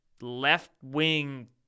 left-wing